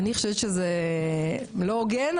אני חושבת שזה לא הוגן,